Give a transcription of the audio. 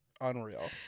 unreal